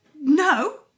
No